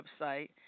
website